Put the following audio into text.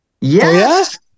Yes